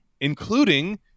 including